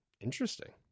Interesting